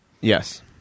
yes